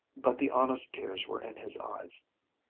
but the honest tears were in his eyes.